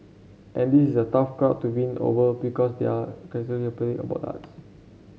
and this is a tough crowd to win over because they are about arts